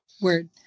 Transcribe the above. Word